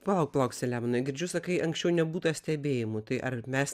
palauk palauk selemonui girdžiu sakai anksčiau nebūta stebėjimų tai ar mes